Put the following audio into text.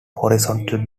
horizontal